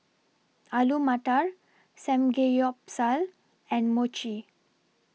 Alu Matar Samgeyopsal and Mochi